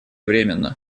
временно